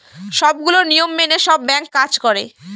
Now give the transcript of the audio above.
সবগুলো নিয়ম মেনে সব ব্যাঙ্ক কাজ করে